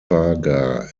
propaga